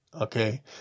Okay